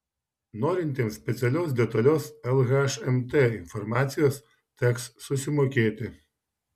norintiems specialios detalios lhmt informacijos teks susimokėti